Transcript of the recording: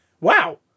wow